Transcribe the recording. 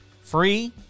Free